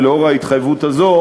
לאור ההתחייבות הזו,